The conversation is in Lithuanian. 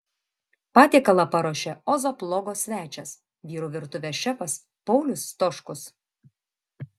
patiekalą paruošė ozo blogo svečias vyrų virtuvės šefas paulius stoškus